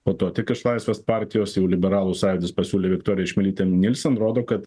po to tik iš laisvės partijos jau liberalų sąjūdis pasiūlė viktoriją čmilytę nielsen rodo kad